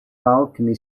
balcony